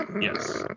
Yes